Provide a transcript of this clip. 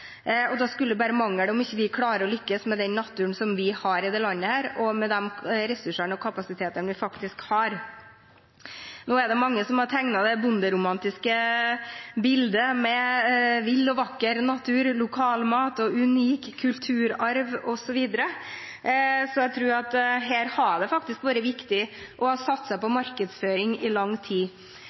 lykkes. Da skulle det bare mangle at vi ikke klarer å lykkes med den naturen som vi har i dette landet, og med de ressursene og kapasitetene vi faktisk har. Nå er det mange som har tegnet det bonderomantiske bildet, med vill og vakker natur, lokal mat, unik kulturarv, osv., så jeg tror at her har det faktisk vært viktig å satse på markedsføring i lang tid.